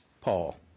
Paul